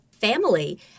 family